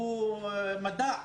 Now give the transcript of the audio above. היא מדע,